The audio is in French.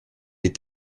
est